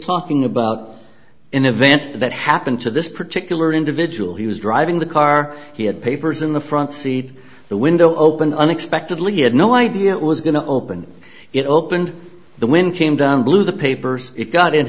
talking about an event that happened to this particular individual he was driving the car he had papers in the front seat the window open unexpectedly he had no idea it was going to open it opened the wind came down blew the papers it got in